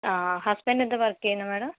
ആ ഹസ്ബന്ഡ് എന്താ വര്ക്ക് ചെയ്യുന്നത് മാഡം